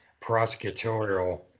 prosecutorial